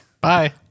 Bye